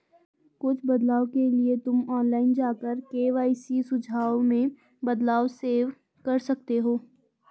कुछ बदलाव के लिए तुम ऑनलाइन जाकर के.वाई.सी सुझाव में बदलाव सेव कर सकते हो